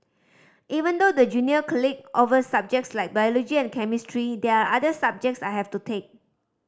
even though the junior offer subjects like biology and chemistry there are other subjects I have to take